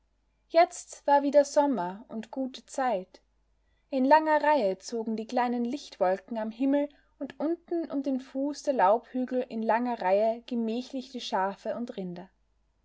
jetzt war wieder sommer und gute zeit in langer reihe zogen die kleinen lichtwolken am himmel und unten um den fuß der laubhügel in langer reihe gemächlich die schafe und rinder